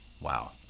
Wow